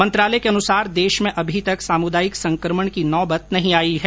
मंत्रालय के अनुसार देश में अभी तक सामुदायिक संकमण की नौबत नहीं आई है